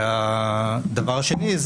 הדבר השני,